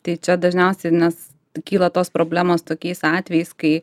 tai čia dažniausiai nes kyla tos problemos tokiais atvejais kai